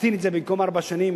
להקטין את זה, במקום ארבע שנים